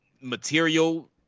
material